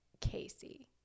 Casey